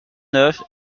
neuf